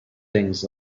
things